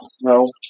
No